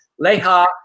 Leha